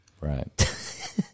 Right